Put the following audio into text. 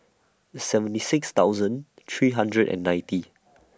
seventy six thousand three hundred and ninety